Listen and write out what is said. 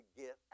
get